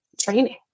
training